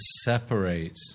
separate